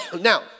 Now